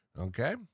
Okay